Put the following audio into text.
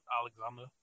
Alexander